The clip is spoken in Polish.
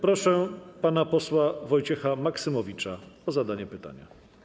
Proszę pana posła Wojciecha Maksymowicza o zadanie pytania.